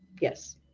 yes